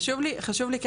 חשוב לי,